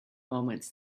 moments